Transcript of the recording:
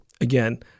again